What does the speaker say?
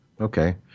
Okay